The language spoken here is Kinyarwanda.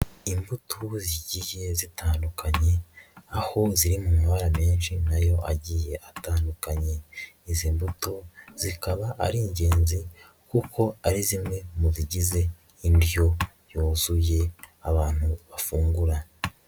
Imbuto zigiye zitandukanye aho ziri mu mabara menshi nayo agiye atandukanye. Izi mbuto zikaba ari ingenzi kuko ari zimwe mu bigize indyo yuzuye abantu bafungura.